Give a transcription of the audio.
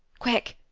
quick!